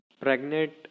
Pregnant